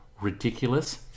ridiculous